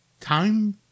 Time